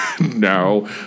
No